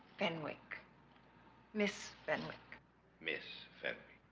fenwick miss fenwick miss fenwick